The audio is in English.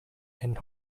and